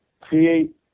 create